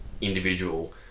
individual